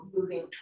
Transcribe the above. moving